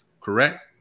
Correct